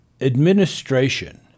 administration